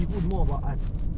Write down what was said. ah kembang tak sedap